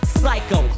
psycho